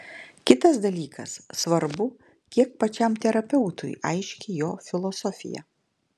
kitas dalykas svarbu kiek pačiam terapeutui aiški jo filosofija